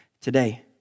today